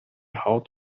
haut